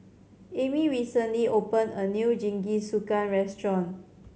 Amey recently opened a new Jingisukan restaurant